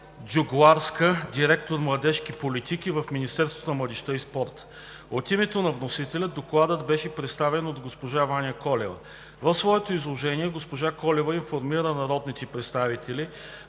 в Министерството на младежта и спорта. От името на вносителя Докладът беше представен от госпожа Ваня Колева. В своето изложение госпожа Колева информира народните представители,